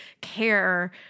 care